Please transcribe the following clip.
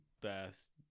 best